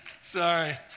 Sorry